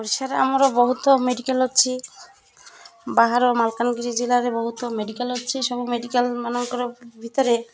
ଓଡ଼ିଶାରେ ଆମର ବହୁତ ମେଡ଼ିକାଲ ଅଛି ବାହାର ମାଲକାନଗିରି ଜିଲ୍ଲାରେ ବହୁତ ମେଡ଼ିକାଲ ଅଛି ସବୁ ମେଡ଼ିକାଲ ମାନଙ୍କର ଭିତରେ